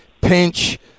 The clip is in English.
pinch